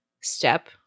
Step